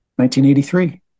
1983